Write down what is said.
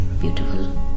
beautiful